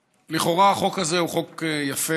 לכאורה החוק הזה הוא חוק יפה.